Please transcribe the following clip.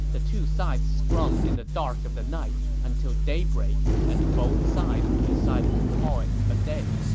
the two sides scrummed in the dark of the night until daybreak and both sides decided to call it a day